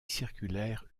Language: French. circulaire